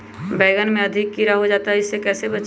बैंगन में अधिक कीड़ा हो जाता हैं इससे कैसे बचे?